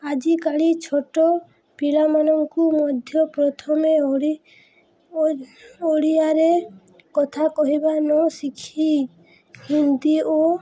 ଆଜିକାଲି ଛୋଟ ପିଲାମାନଙ୍କୁ ମଧ୍ୟ ପ୍ରଥମେ ଓଡ଼ିଆରେ କଥା କହିବା ନଶିଖି ହିନ୍ଦୀ ଓ